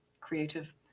creative